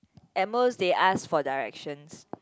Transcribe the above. at most they ask for directions